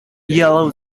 yellow